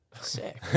Sick